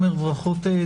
פה אחד, התקנות אושרו.